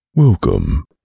Welcome